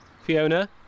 Fiona